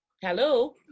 Hello